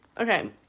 Okay